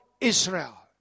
Israel